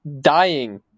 dying